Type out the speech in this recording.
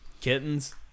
Kittens